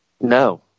No